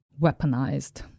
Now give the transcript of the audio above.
Weaponized